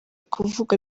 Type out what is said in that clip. kuvuga